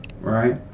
right